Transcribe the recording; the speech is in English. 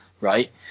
right